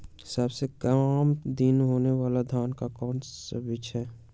सबसे काम दिन होने वाला धान का कौन सा बीज हैँ?